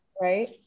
right